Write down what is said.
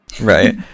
Right